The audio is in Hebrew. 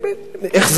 איך זה ייראה?